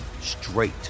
straight